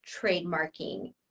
trademarking